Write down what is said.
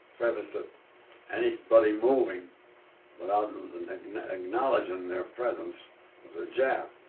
premise that anybody moving without acknowledging their presence was a jap.